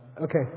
Okay